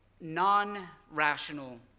non-rational